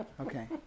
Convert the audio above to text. Okay